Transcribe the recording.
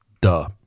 duh